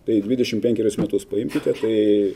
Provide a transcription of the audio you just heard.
tai dvidešim penkerius metus paimkite tai